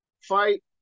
Fight